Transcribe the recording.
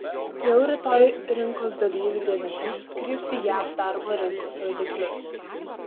jau rytoj rinkos dalyvių dėmesys kryps į jav darbo rinkos rodiklius